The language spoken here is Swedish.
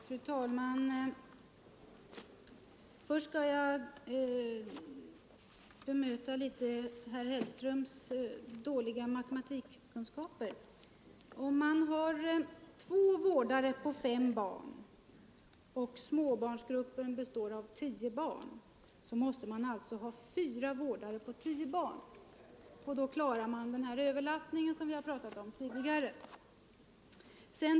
Fru talman! Först skall jag beröra herr Hellströms dåliga matematikkunskaper. Om man har två vårdare på fem barn och småbarnsgruppen består av tio barn, måste man alltså ha fyra vårdare på tio barn. Därmed klarar man den överlappning som vi har pratat om tidigare.